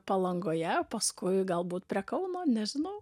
palangoje paskui galbūt prie kauno nežinau